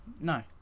no